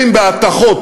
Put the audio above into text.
במהפכה,